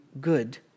good